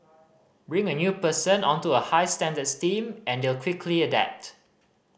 bring a new person onto a high standards team and they'll quickly adapt